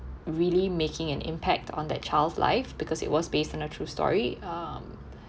really making an impact on that child's life because it was based on a true story um